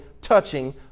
touching